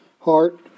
heart